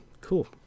cool